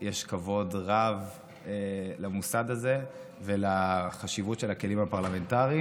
יש כבוד רב למוסד הזה ולחשיבות של הכלים הפרלמנטריים.